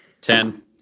Ten